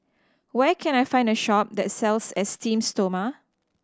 where can I find a shop that sells Esteem Stoma